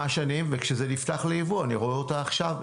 וכשזה נפתח ליבוא ואני רואה אותה עכשיו.